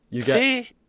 See